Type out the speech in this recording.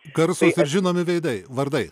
garsūs ir žinomi veidai vardai